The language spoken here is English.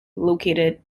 located